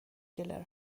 گلر